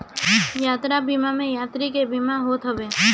यात्रा बीमा में यात्री के बीमा होत हवे